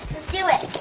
let's do it!